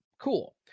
Cool